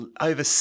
over